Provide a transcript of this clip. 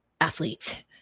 athlete